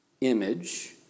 image